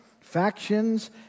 factions